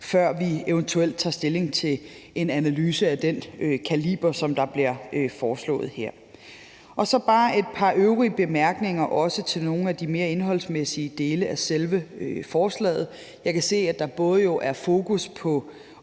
før vi eventuelt tager stilling til en analyse af den kaliber, som der bliver foreslået her. Og så vil jeg bare komme med et par øvrige bemærkninger til nogle af de mere indholdsmæssige dele af selve forslaget også. Jeg kan se, at der jo både er fokus på